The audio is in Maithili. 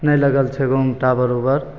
नहि लागल छै गाममे टावर उवर